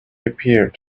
appeared